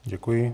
Děkuji.